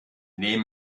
nehmen